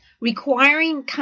requiring